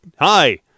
hi